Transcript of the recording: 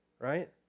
right